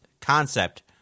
concept